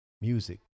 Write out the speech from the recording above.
music